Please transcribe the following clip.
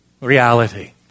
reality